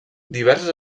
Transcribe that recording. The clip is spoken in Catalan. diverses